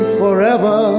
forever